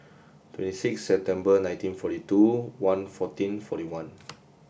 twenty six September nineteen forty two one fourteen forty one